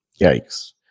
Yikes